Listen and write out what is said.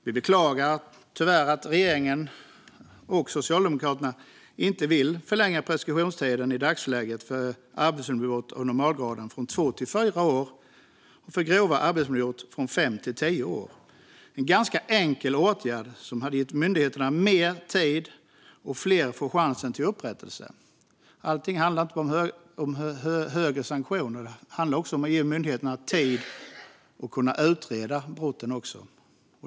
Vi beklagar att varken regeringen eller Socialdemokraterna i dagsläget vill förlänga preskriptionstiden för arbetsmiljöbrott av normalgraden från två till fyra år och för grova arbetsmiljöbrott från fem till tio år. Det är en ganska enkel åtgärd, som hade gett myndigheterna mer tid och gett fler en chans till upprättelse. Allting handlar inte om högre sanktionsavgifter; det handlar också om att ge myndigheterna tid för att kunna utreda brotten.